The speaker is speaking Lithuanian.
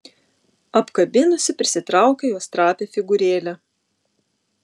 apkabinusi prisitraukė jos trapią figūrėlę